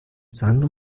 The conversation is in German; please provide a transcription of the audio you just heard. sandro